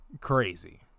Crazy